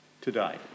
today